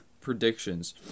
predictions